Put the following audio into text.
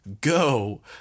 go